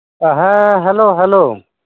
ᱦᱮᱸ hello hello